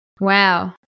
Wow